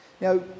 Now